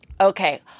Okay